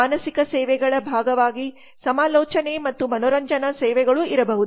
ಮಾನಸಿಕ ಸೇವೆಗಳ ಭಾಗವಾಗಿ ಸಮಾಲೋಚನೆ ಮತ್ತು ಮನರಂಜನಾ ಸೇವೆಗಳು ಇರಬಹುದು